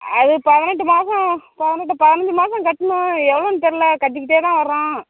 அது பதினெட்டு மாதம் பதினெட்டு பதினஞ்சு மாதம் கட்டினோம் எவ்வளோன்னு தெரில கட்டிக்கிட்டே தான் வர்றோம்